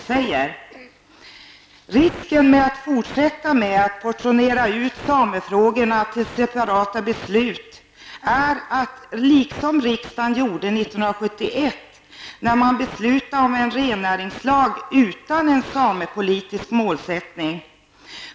Det finns en risk med att fortsätta att portionera ut samefrågorna till separata beslut -- på det sätt som riksdagen gjorde 1971 när man beslutade om en rennäringslag utan en samepolitisk målsättning.